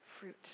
fruit